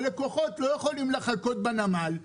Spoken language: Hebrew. הלקוחות לא יכולים לחכות בנמל.